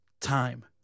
Time